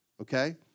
okay